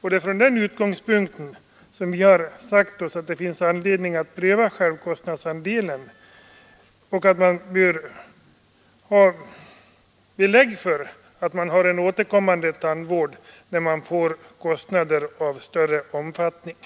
Det är från den utgångspunkten som vi har sagt oss att det finns anledning att pröva självkostnadsandelen och att man bör ha belägg för att det blir en återkommande tandvård när det uppstår kostnader av större omfattning.